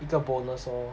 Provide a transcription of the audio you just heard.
一个 bonus lor